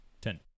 Ten